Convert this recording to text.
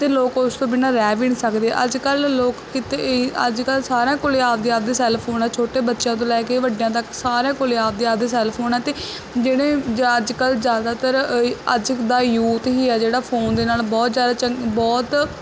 ਅਤੇ ਲੋਕ ਉਸ ਤੋਂ ਬਿਨਾਂ ਰਹਿ ਵੀ ਨਹੀਂ ਸਕਦੇ ਅੱਜ ਕੱਲ੍ਹ ਲੋਕ ਕਿਤੇ ਅੱਜ ਕੱਲ੍ਹ ਸਾਰਿਆਂ ਕੋਲ ਆਪਦੇ ਆਪਦੇ ਸੈਲ ਫੋਨ ਆ ਛੋਟੇ ਬੱਚਿਆਂ ਤੋਂ ਲੈ ਕੇ ਵੱਡਿਆਂ ਤੱਕ ਸਾਰਿਆਂ ਕੋਲ ਆਪਦੇ ਆਪਦੇ ਸੈੱਲ ਫੋਨ ਹੈ ਅਤੇ ਜਿਹੜੇ ਜਾਂ ਅੱਜ ਕੱਲ੍ਹ ਜ਼ਿਆਦਾਤਰ ਅ ਅੱਜ ਦਾ ਯੂਥ ਹੀ ਹੈ ਜਿਹੜਾ ਫੋਨ ਦੇ ਨਾਲ ਬਹੁਤ ਜ਼ਿਆਦਾ ਚੰ ਬਹੁਤ